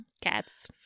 cats